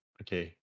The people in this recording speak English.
Okay